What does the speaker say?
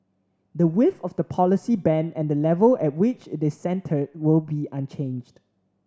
the width of the policy band and the level at which it is centred will be unchanged